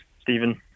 Stephen